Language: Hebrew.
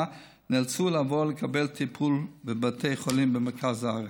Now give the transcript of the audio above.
נאלצו לעבור לקבל טיפול בבתי חולים במרכז הארץ.